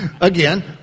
again